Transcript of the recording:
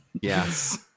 yes